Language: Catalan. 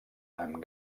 amb